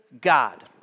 God